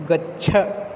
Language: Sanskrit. गच्छ